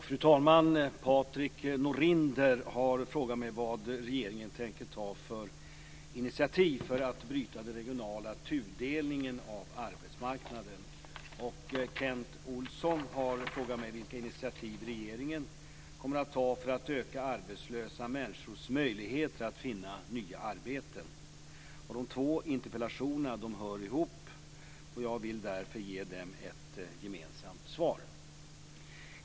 Fru talman! Patrik Norinder har frågat mig vad regeringen tänker ta för initiativ för att bryta den regionala tudelningen av arbetsmarknaden. Kent Olsson har frågat mig vilka initiativ regeringen kommer att ta för att öka arbetslösa människors möjligheter att finna nya arbeten. De två interpellationerna hör ihop, och jag vill därför ge dem ett gemensamt svar.